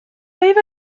leave